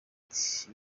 ati